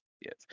Yes